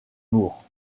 moore